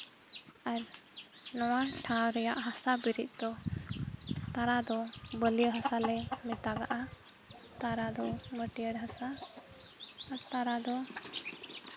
ᱟᱨ ᱱᱚᱣᱟ ᱴᱷᱟᱶ ᱨᱮᱭᱟᱜ ᱦᱟᱥᱟ ᱵᱤᱨᱤᱫ ᱫᱚ ᱛᱟᱨᱟ ᱫᱚ ᱵᱟᱹᱞᱭᱟᱹ ᱦᱟᱥᱟᱞᱮ ᱢᱮᱛᱟᱜᱟᱜᱼᱟ ᱛᱟᱨᱟ ᱫᱚ ᱟᱹᱴᱷᱭᱟᱹᱲ ᱦᱟᱥᱟ ᱛᱟᱨᱟ ᱫᱚ